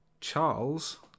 Charles